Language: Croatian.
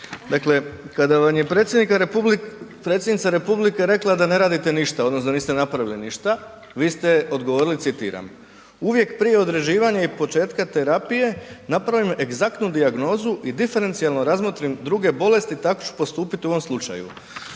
Dakle, kada vam je predsjednica RH rekla da ne radite ništa odnosno da niste napravili ništa, vi ste odgovorili citiram, uvijek prije određivanja i početka terapije napravim egzaktnu dijagnozu i diferencijalno razmotrim druge bolesti i tako ću postupiti u ovom slučaju.